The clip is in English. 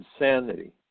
insanity